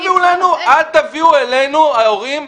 אל תביאו אלינו ההורים,